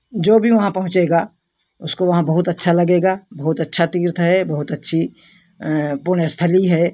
जो भी वहाँ पहुँचेगा उसको वहाँ बहुत अच्छा लगेगा बहुत अच्छा तीर्थ है बहुत अच्छी पुण्य स्थली है